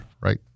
right